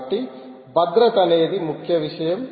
కాబట్టి భద్రత అనేది ముఖ్య విషయం